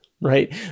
Right